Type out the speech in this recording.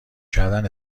کردن